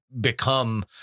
become